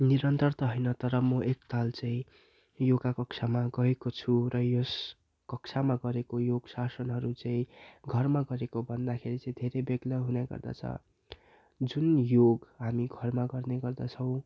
निरन्तर त होइन तर म एकताल चाहिँ योगा कक्षामा गएको छु र यस कक्षामा गरेको योग शासनहरू चाहिँ घरमा गरेको भन्दाखेरि चाहिँ धेरै बेग्लै हुनेगर्दछ जुन योग हामी घरमा गर्ने गर्दछौँ